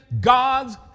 God's